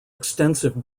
extensive